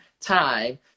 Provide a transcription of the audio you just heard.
time